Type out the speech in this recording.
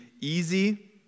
easy